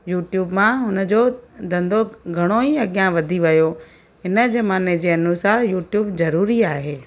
YouTube मां हुन जो धंधो घणो ई अॻियां वधी वियो हिन ज़माने जे अनुसार यूट्यूब ज़रूरी आहे